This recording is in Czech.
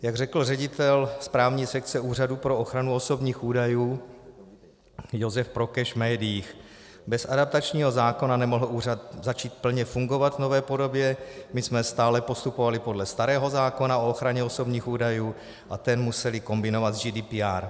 Jak řekl ředitel správní sekce Úřadu pro ochranu osobních údajů Josef Prokeš v médiích bez adaptačního zákona nemohl úřad plně fungovat v nové podobě, my jsme stále postupovali podle starého zákona o ochraně osobních údajů a ten museli kombinovat s GDPR.